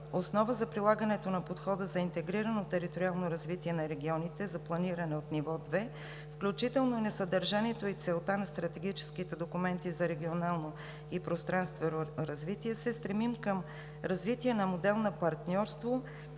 основа за прилагането на подхода за интегрирано териториално развитие на регионите за планиране от ниво 2, включително на съдържанието и целта на стратегическите документи за регионално и пространствено развитие, се стремим към развитие на модел на партньорство